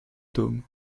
tome